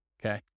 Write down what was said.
Okay